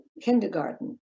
kindergarten